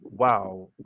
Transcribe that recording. wow